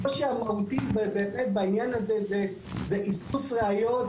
הקושי המהותי באמת בעניין הזה הוא איסוף ראיות,